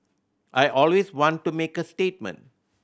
I always want to make a statement